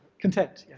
content,